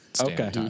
okay